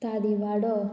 तारीवाडो